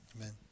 Amen